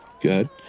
Good